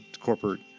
Corporate